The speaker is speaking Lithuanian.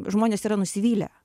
žmonės yra nusivylę